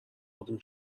آروم